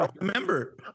remember